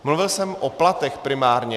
Mluvil jsem o platech primárně.